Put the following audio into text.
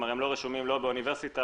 לא רשומים באוניברסיטה,